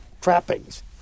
trappings